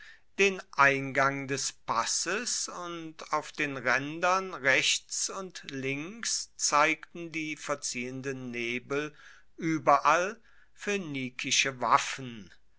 den eingang des passes und auf den raendern rechts und links zeigten die verziehenden nebel ueberall phoenikische waffen